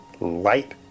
light